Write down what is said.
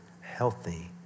healthy